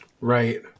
Right